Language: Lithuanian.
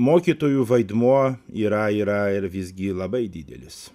mokytojų vaidmuo yra yra ir visgi labai didelis